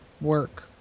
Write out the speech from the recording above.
work